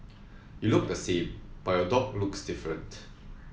you look the same but your dog looks different